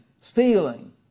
stealing